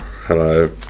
hello